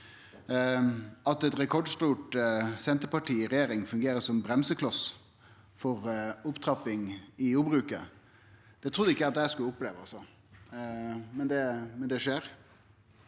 At eit rekordstort Senterparti i regjering fungerer som bremsekloss for opptrapping i jordbruket, trudde eg ikkje at eg skulle oppleve, men det skjer.